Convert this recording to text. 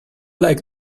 like